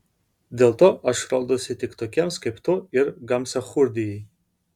dėl to aš rodausi tik tokiems kaip tu ir gamsachurdijai